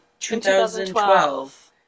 2012